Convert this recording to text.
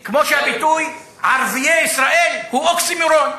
זה כמו שהביטוי "ערביי ישראל" הוא אוקסימורון.